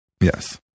Yes